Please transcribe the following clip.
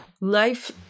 life